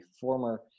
former